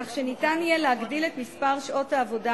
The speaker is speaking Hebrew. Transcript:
כך שניתן יהיה להגדיל את מספר שעות העבודה